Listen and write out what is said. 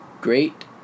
great